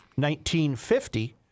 1950